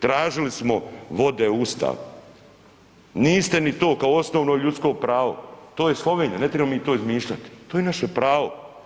Tražili smo vode u Ustav, niste ni to kao osnovno ljudsko pravo, to je Slovenija, ne trebamo mi to izmišljat, to je naše pravo.